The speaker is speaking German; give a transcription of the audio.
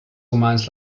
romans